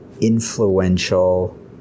influential